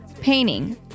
painting